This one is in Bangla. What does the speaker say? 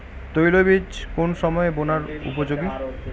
তৈলবীজ কোন সময়ে বোনার উপযোগী?